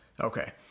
Okay